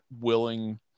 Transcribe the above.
willing